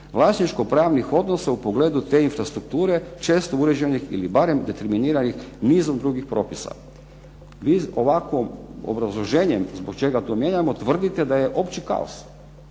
vlasničkopravnih odnosa u pogledu te infrastrukture, često uređenih ili barem determiniranih nizom drugih propisa. Ovakvim obrazloženjem zbog čega to mijenjamo tvrdite da je opći kaos.